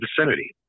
vicinity